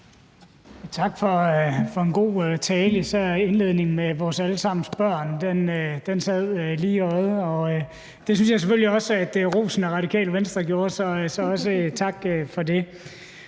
Tak for en god tale, især indledningen med vores alle sammens børn sad lige i øjet. Det synes jeg selvfølgelig også rosen af Radikale Venstre gjorde, så også tak for det.